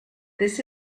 this